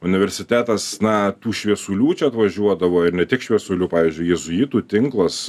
universitetas na tų šviesulių čia atvažiuodavo ir ne tik šviesulių pavyzdžiui jėzuitų tinklas